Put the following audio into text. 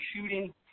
shooting